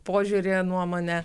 požiūrį nuomonę